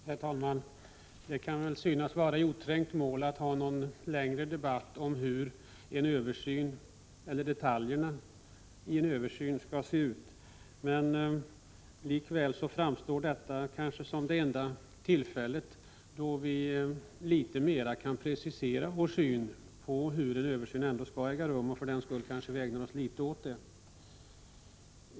Herr talman! Det kan väl synas vara i oträngt mål att ha en längre debatt om hur detaljerna i en översyn skall se ut. Likväl framstår detta som det kanske enda tillfället då vi litet mera kan precisera vår syn på hur en översyn skall göras och vi för den skull ägnar oss något åt detta.